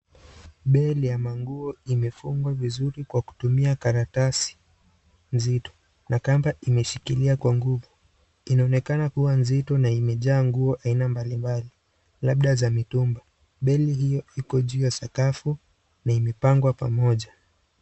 Beli ya manguo imefungwa vizuri kwa kutumia karatasi nzito na kamba imeshikilia kwa nguvu. Inaonekana kuwa nzito na imejaa nguo aina mbalimbali labda za mitumba. Beli hiyo iko juu ya sakafu na imepangwa pamoja.